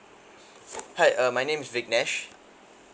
hi uh my name is viknesh